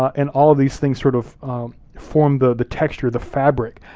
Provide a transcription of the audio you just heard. and all of these things sort of form the the texture, the fabric,